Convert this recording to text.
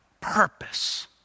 purpose